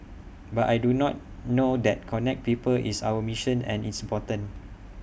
but I do not know that connect people is our mission and it's important